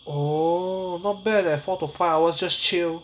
oh not bad leh four to five hours just chill